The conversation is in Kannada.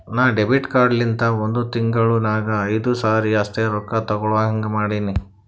ನಾ ಡೆಬಿಟ್ ಕಾರ್ಡ್ ಲಿಂತ ಒಂದ್ ತಿಂಗುಳ ನಾಗ್ ಐಯ್ದು ಸರಿ ಅಷ್ಟೇ ರೊಕ್ಕಾ ತೇಕೊಳಹಂಗ್ ಮಾಡಿನಿ